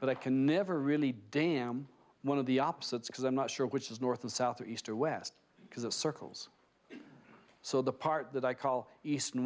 but i can never really damn one of the opposite because i'm not sure which is north and south or east or west because of circles so the part that i call east and